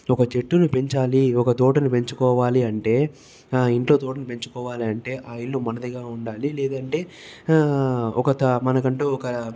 ఒక చెట్టును పెంచాలి ఒక తోటను పెంచుకోవాలి అంటే ఇంట్లో తోటను పెంచుకోవాలి అంటే ఆ ఇల్లు మనదిగా ఉండాలి లేదంటే ఒక త మనకంటూ ఒక